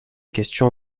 questions